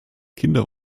kinder